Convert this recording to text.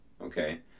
Okay